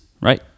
Right